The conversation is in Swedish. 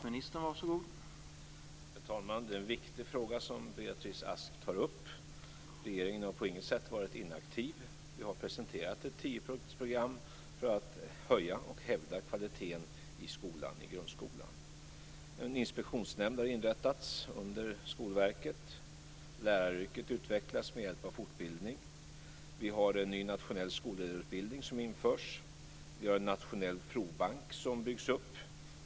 Herr talman! Det är en viktig fråga som Beatrice Ask tar upp. Regeringen har på inget sätt varit inaktiv. Vi har presenterat ett tiopunktersprogram för att höja och hävda kvaliteten i grundskolan. En inspektionsnämnd har inrättats under Skolverket. Läraryrket utvecklas med hjälp av fortbildning. Vi har en ny nationell skolledarutbildning som införs. Vi har en nationell provbank som byggs upp.